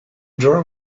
drawer